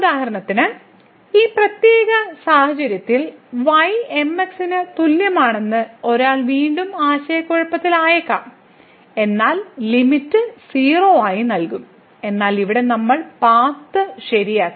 ഉദാഹരണത്തിന് ഈ പ്രത്യേക സാഹചര്യത്തിൽ y mx ന് തുല്യമാണെന്ന് ഒരാൾ വീണ്ടും ആശയക്കുഴപ്പത്തിലായേക്കാം എന്നാൽ ലിമിറ്റ് 0 ആയി നൽകും എന്നാൽ ഇവിടെ നമ്മൾ പാത്ത് ശരിയാക്കി